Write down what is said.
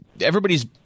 everybody's